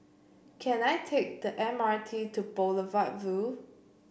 can I take the M R T to Boulevard Vue